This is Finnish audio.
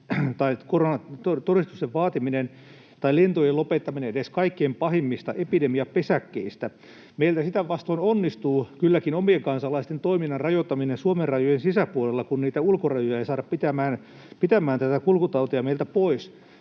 tai koronatodistuksen vaatiminen tai lentojen lopettaminen edes kaikkein pahimmista epidemiapesäkkeistä. Meiltä sitä vastoin onnistuu kylläkin omien kansalaisten toiminnan rajoittaminen Suomen rajojen sisäpuolella, kun niitä ulkorajoja ei saada pitämään tätä kulkutautia meiltä pois.